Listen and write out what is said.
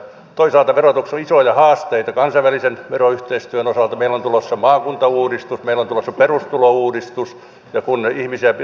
toisaalta verotuksessa on isoja haasteita kansainvälisen veroyhteistyön osalta meillä on tulossa maakuntauudistus meillä on tulossa perustulouudistus ja meillä on kannustinloukkuja